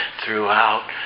throughout